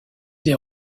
des